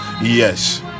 Yes